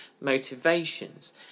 motivations